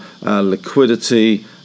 liquidity